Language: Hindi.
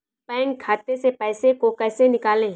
बैंक खाते से पैसे को कैसे निकालें?